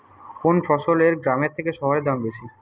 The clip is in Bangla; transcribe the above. কোন ফসলের গ্রামের থেকে শহরে দাম বেশি?